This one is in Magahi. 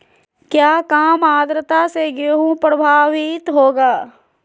क्या काम आद्रता से गेहु प्रभाभीत होगा?